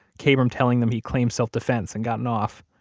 kabrahm telling them he'd claimed self-defense and gotten off.